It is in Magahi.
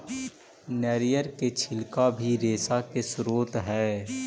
नरियर के छिलका भी रेशा के स्रोत हई